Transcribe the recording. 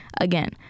Again